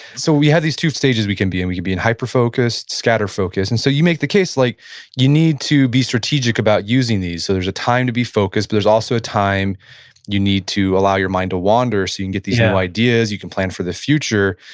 so we have these two stages we can be in. we can be in hyperfocused, scatter focused, and so you make the case like you need to be strategic about using these. there's a time to be focused but there's also a time you need to allow your mind to wander so you can get these new ideas, you can plan for the future.